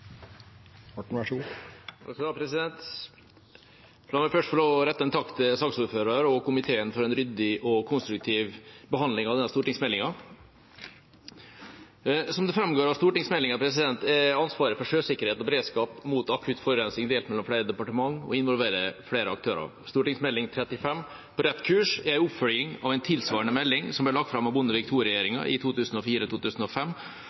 La meg først få rette en takk til saksordføreren og komiteen for en ryddig og konstruktiv behandling av denne stortingsmeldinga. Som det framgår av stortingsmeldinga, er ansvaret for sjøsikkerhet og beredskap mot akutt forurensning delt mellom flere departement og involverer flere aktører. Meld. St. 35 for 2015–2016, På rett kurs, er en oppfølging av en tilsvarende melding som ble lagt fram av Bondevik II-regjeringen i 2005,